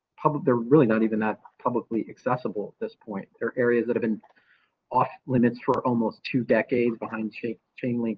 they're really not even that publicly accessible. at this point. there are areas that have been off limits for almost two decades behind change chain. like